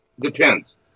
depends